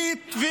מה התכלית?